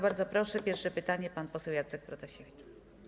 Bardzo proszę, pierwsze pytanie, pan poseł Jacek Protasiewicz.